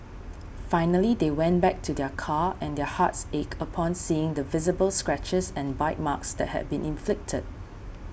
finally they went back to their car and their hearts ached upon seeing the visible scratches and bite marks that had been inflicted